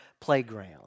playground